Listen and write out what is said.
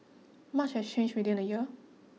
much has changed within a year